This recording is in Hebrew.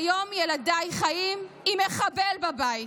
כיום ילדיי חיים עם מחבל בבית.